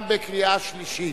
גם קריאה שלישית.